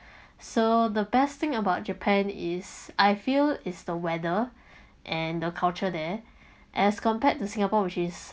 so the best thing about japan is I feel is the weather and the culture there as compared to singapore which is